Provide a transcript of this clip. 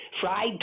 fried